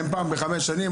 הם פעם בחמש שנים,